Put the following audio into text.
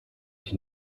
ich